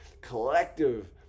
collective